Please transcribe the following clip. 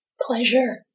Pleasure